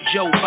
Joe